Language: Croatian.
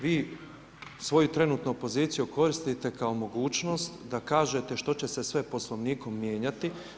Vi svoju trenutnu poziciju koristite kao mogućnost da kažete što će se sve Poslovnikom mijenjati.